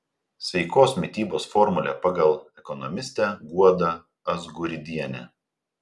sveikos mitybos formulė pagal ekonomistę guodą azguridienę